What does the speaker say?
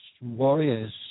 warriors